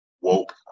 woke